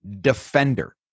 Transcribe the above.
defender